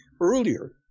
earlier –